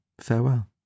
farewell